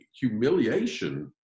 humiliation